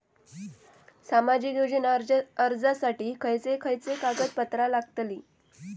सामाजिक योजना अर्जासाठी खयचे खयचे कागदपत्रा लागतली?